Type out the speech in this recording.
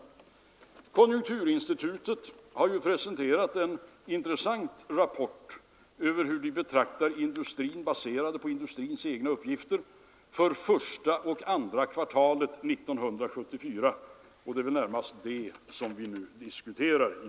Konjunkturinstitutet har presenterat en intressant rapport över hur man där betraktar industrin. Den är baserad på industrins egna uppgifter för första och andra kvartalen 1974, och det är väl närmast den perioden som vi nu diskuterar.